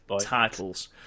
Titles